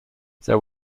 there